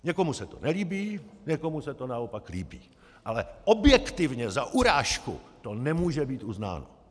Někomu se to nelíbí, někomu se to naopak líbí, ale objektivně za urážku to nemůže být uznáno.